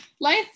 life